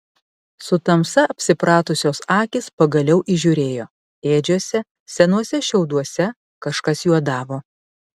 su tamsa apsipratusios akys pagaliau įžiūrėjo ėdžiose senuose šiauduose kažkas juodavo